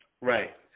Right